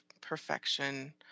perfection